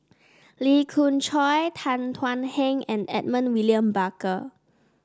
Llee Khoon Choy Tan Thuan Heng and Edmund William Barker